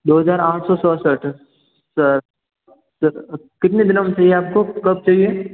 दो हज़ार आँठ सौ सड़सठ सर कितने दिनों में चाहिए आप को कब चाहिए